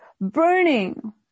burning